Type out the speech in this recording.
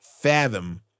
fathom